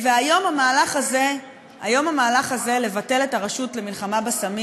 והיום המהלך הזה לבטל את הרשות למלחמה בסמים